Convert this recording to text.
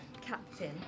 Captain